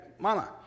mama